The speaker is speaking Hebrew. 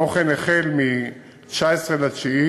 כמו כן, החל ב-19 בספטמבר